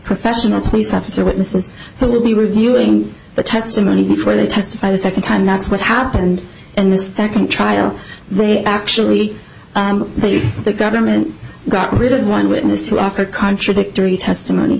professional police officer witnesses that will be reviewing the testimony before they testify the second time that's what happened in the second trial they actually tell you the government got rid of one witness who offered contradictory testimony